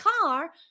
car